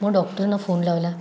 मग डॉक्टरना फोन लावला